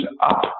up